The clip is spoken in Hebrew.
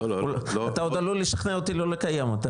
אתה עוד עלול לשכנע אותי לא לקיים אותה,